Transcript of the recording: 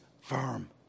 firm